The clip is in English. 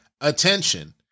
attention